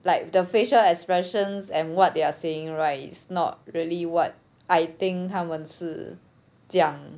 like the facial expressions and what they are saying right is not really what I think 他们是讲